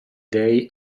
dei